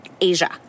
Asia